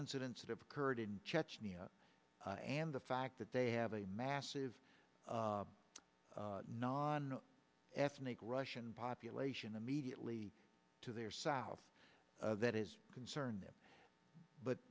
incidents that have occurred in chechnya and the fact that they have a massive non ethnic russian population immediately to their south that is a concern but